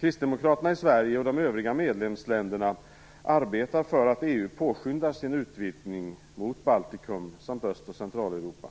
Kristdemokraterna i Sverige och i de övriga medlemsländerna arbetar för att EU påskyndar sin utvidgning mot Baltikum samt Öst och Centraleuropa.